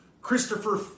Christopher